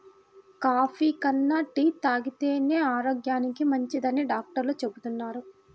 coffee కన్నా tea తాగితేనే ఆరోగ్యానికి మంచిదని డాక్టర్లు చెబుతున్నారు